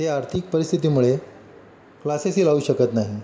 ते आर्थिक परिस्थितीमुळे क्लासेसही लावू शकत नाही